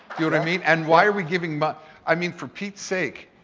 i mean and why are we giving. but i mean for pete's sake,